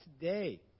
today